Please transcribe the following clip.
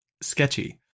sketchy